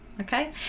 Okay